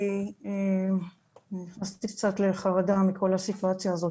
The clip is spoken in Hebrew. כי נכנסתי קצת לחרדה מכל הסיטואציה הזאת,